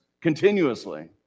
continuously